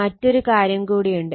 മറ്റൊരു കാര്യം കൂടി ഉണ്ട്